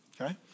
Okay